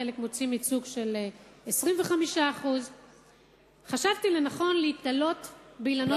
בחלק מוצאים ייצוג של 25%. חשבתי לנכון להיתלות באילנות גבוהים,